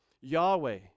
Yahweh